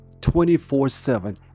24-7